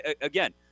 Again